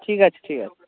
ঠিক আছে ঠিক আছে